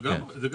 זה גם ערך.